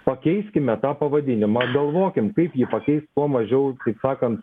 pakeiskime tą pavadinimą galvokim kaip jį pakeist kuo mažiau taip sakant